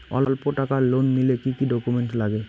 অল্প টাকার লোন নিলে কি কি ডকুমেন্ট লাগে?